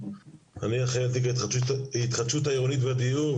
אני אחראי על תיק ההתחדשות העירונית והדיור,